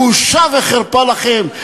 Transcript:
בושה וחרפה לכם.